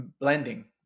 blending